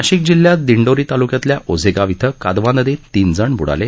नाशिक जिल्ह्यात दिंडोरी तालुक्यातल्या ओझे गाव इथं कादवा नदीत तीन जण ब्डाले